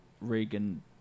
Reagan